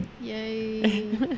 Yay